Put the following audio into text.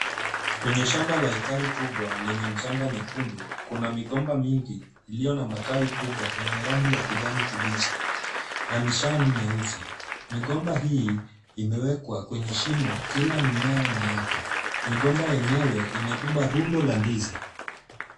Kwenya shamba la ekari kubwa lenye mchanga nyekundu, kuna migomba mingi iliyo na matawi kubwa yenye rangi ya kijani kibichi na mishani nyeusi. Migomba hii imewekwa kwenye shimo kila mimea na yake. Migomba yenyewe imebeba rundo la ndizi.